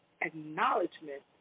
acknowledgement